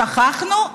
שכחנו,